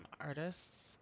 artists